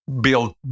build